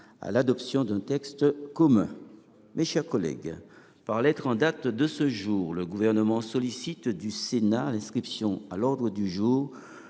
à l’adoption d’un texte commun. Mes chers collègues, par lettre en date de ce jour, le Gouvernement sollicite du Sénat l’inscription à l’ordre du jour